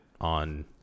on